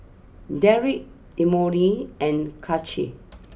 Derek Emory and Kaci